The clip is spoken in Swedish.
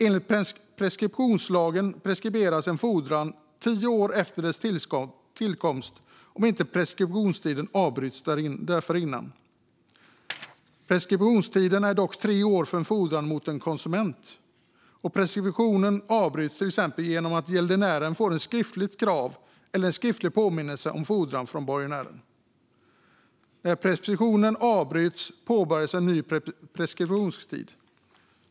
Enligt preskriptionslagen preskriberas en fordran tio år efter dess tillkomst, om inte preskriptionen avbryts dessförinnan. Preskriptionstiden är dock tre år för en fordran mot en konsument. Preskription avbryts till exempel genom att gäldenären får ett skriftligt krav eller en skriftlig påminnelse om fordran från borgenären. När preskriptionen avbryts påbörjas en ny preskriptionstid.